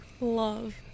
love